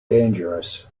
dangerous